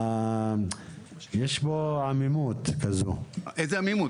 יש פה עמימות כזו --- איזה עמימות?